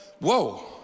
whoa